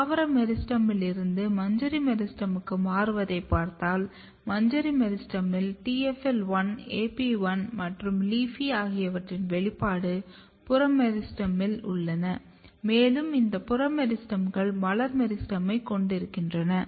தாவர மெரிஸ்டெமில் இருந்து மஞ்சரி மெரிஸ்டெமுக்கு மாறுவதை பார்த்தால் மஞ்சரி மெரிஸ்டெமில் TFL1 AP1 மற்றும் LEAFY ஆகியவற்றின் வெளிப்பாடு புற மெரிஸ்டெமில் உள்ளன மேலும் இந்த புற மெரிஸ்டெம்கள் மலர் மெரிஸ்டெமைக் கொடுக்கின்றன